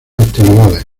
actividades